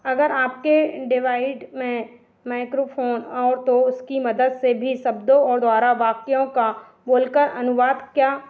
अगर आपके डेवाइड में मैक्रोफोन उसकी मदद से भी शब्दों द्वारा वक्यों को बोलकर अनुवाद क्या